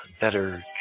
better